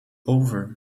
over